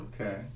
Okay